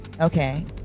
okay